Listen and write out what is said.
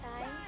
time